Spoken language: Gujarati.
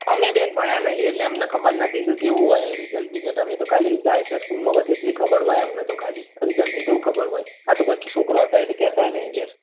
અમે બેન ભણ્યા નથી એટલે અમને ખબર નથી કે કેવું હોય રીઝલ્ટ બીજલ્ટ અમે તો ખાલી જાય છે સ્કૂલમાં બસ એટલી ખબર હોય અમને તો ખાલી રિઝલ્ટની તો શું ખબર હોય આ તો બાકી છોકરો અત્યારે તો કહેતોય નથી ઘેર